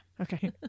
Okay